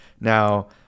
now